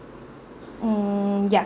mm ya